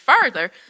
further